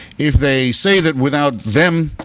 if they say that without them,